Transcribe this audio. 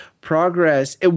progress